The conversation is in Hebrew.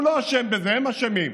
הוא לא אשם בזה, הם אשמים.